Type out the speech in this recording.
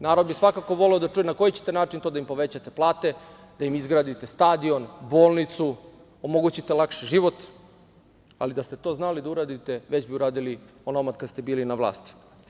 Narod bi svakako voleo da čuje na koji ćete način da im povećate plate, da im izgradite stadion, bolnicu, omogućite lakši život, ali da ste to znali da uradite, već bi uradili onomad kad ste bili na vlasti.